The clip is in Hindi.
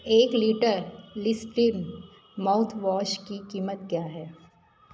एक लीटर लिस्ट्रीन माउथवॉश की कीमत क्या है